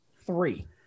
three